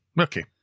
Okay